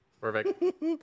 perfect